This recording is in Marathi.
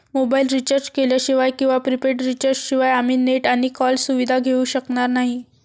मोबाईल रिचार्ज केल्याशिवाय किंवा प्रीपेड रिचार्ज शिवाय आम्ही नेट आणि कॉल सुविधा घेऊ शकणार नाही